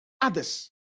Others